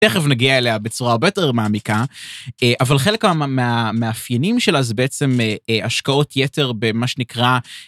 תכף נגיע אליה בצורה הרבה יותר מעמיקה, אבל חלק מהמאפיינים שלה זה בעצם השקעות יתר במה שנקרא...